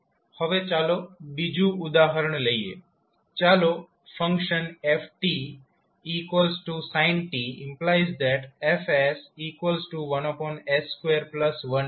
હવે ચાલો બીજું ઉદાહરણ લઈએ ચાલો ફંક્શન fsin t F1s21લઈએ